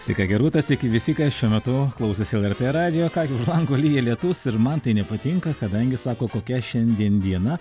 sveika gerūta sveiki visi kas šiuo metu klausosi lrt radijo ką gi už lango lyja lietus ir man tai nepatinka kadangi sako kokia šiandien diena